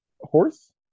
Horse